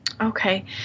Okay